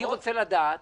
אני רוצה לדעת